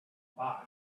bye